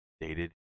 dated